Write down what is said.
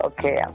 Okay